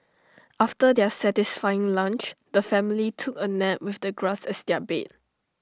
after their satisfying lunch the family took A nap with the grass as their bed